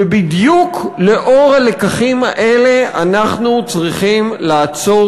ובדיוק לנוכח הלקחים האלה אנחנו צריכים לעצור